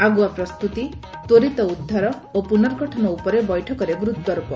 ଆଗୁଆ ପ୍ରସ୍ତୁତି ତ୍ୱରିତ ଉଦ୍ଧାର ଓ ପୁନର୍ଗଠନ ଉପରେ ବୈଠକରେ ଗୁରୁତ୍ୱାରୋପ